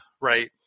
right